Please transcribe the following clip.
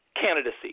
candidacy